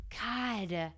God